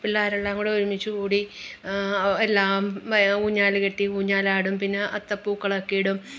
പിള്ളേരെല്ലാം കൂടി ഒരുമിച്ചു കൂടി എല്ലാം ഊഞ്ഞാൽ കെട്ടി ഊഞ്ഞാലാടും പിന്നെ അത്തപൂക്കളമൊക്കെയിടും